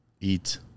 eat